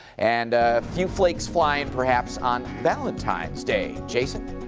and a few flakes flying perhaps on valentine's day. jason?